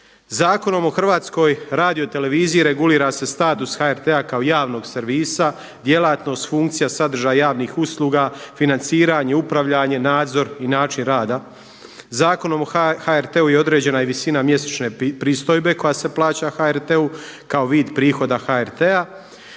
Zakonom o Hrvatskoj radioteleviziji regulira se status HRT-a kao javnog servisa, djelatnost funkcija, sadržaj javnih usluga, financiranje, upravljanje, nadzor i način rada. Zakonom o HRT-u je određena i visina mjesečne pristojbe koja se plaća HRT-u kao vid prihoda HRT-a.